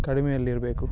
ಕಡಿಮೆಯಲ್ಲಿ ಇರಬೇಕು